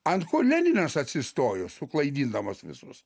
ant ko leninas atsistojo suklaidindamas visus